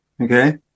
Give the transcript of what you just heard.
Okay